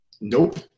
Nope